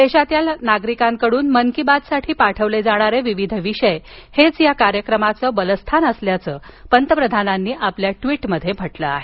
देशभरातील नागरिकांकडून मन की बात साठी पाठविले जाणारे विविध विषय हेच या कार्यक्रमाचं बलस्थान असल्याचं पंतप्रधानांनी आपल्या ट्वीटमध्ये म्हटलं आहे